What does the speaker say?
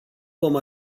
vom